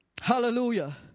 Hallelujah